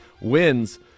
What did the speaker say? wins